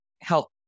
help